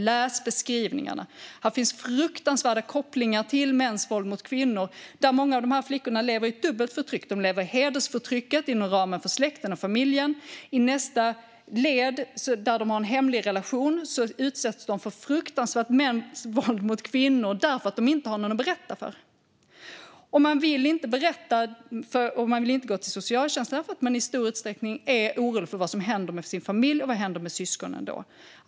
Läs beskrivningarna! Här finns fruktansvärda kopplingar till mäns våld mot kvinnor. Många av dessa flickor lever i ett dubbelt förtryck. De lever i hedersförtrycket inom ramen för släkten och familjen. I nästa led, där de har en hemlig relation, utsätts de för mäns våld mot kvinnor. Det är fruktansvärt, för de har inte någon att berätta för. Man vill inte gå till socialtjänsten och berätta för dem. Man är nämligen i stor utsträckning orolig för vad som då händer med familjen och syskonen.